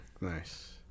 nice